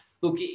look